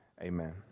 amen